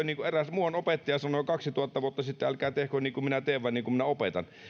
niin kuin muuan opettaja sanoi kaksituhatta vuotta sitten älkää tehkö niin kuin minä teen vaan niin kuin minä opetan